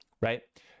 right